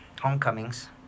Homecomings